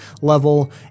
level